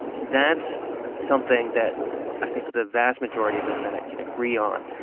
that's something that i think the vast majority of the senate can agree on.